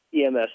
EMS